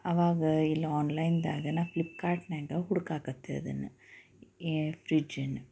ಆವಾಗ ಇಲ್ಲಿ ಆನ್ಲೈನ್ದಾಗ ನಾನು ಫ್ಲಿಪ್ಕಾರ್ಟ್ನ್ಯಾಗ ಹುಡುಕಾಕತ್ತೆ ಅದನ್ನು ಫ್ರಿಜ್ಜನ್ನು